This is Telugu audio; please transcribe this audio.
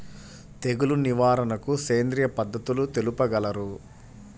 తెగులు నివారణకు సేంద్రియ పద్ధతులు తెలుపగలరు?